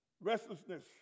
restlessness